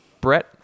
Brett